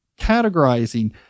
categorizing